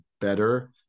better